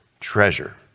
treasure